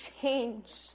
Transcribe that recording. change